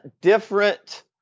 different